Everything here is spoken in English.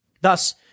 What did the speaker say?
Thus